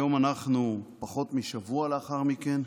היום אנחנו פחות משבוע לאחר מכן,